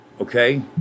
okay